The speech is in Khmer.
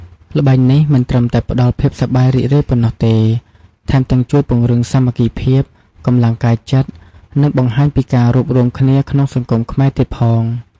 ល្បែងនេះមិនត្រឹមតែផ្តល់ភាពសប្បាយរីករាយប៉ុណ្ណោះទេ ថែមទាំងជួយពង្រឹងសាមគ្គីភាព កម្លាំងកាយចិត្ត និងបង្ហាញពីការរួបរួមគ្នាក្នុងសង្គមខ្មែរទៀតផង។